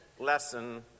lesson